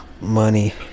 Money